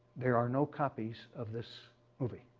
there are no copies of this movie.